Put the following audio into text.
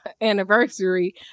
anniversary